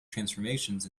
transformations